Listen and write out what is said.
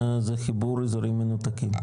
זה חיבור אזורים מנותקים.